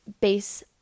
base